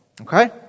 okay